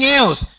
else